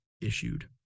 issued